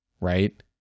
Right